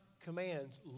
commands